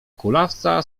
kulawca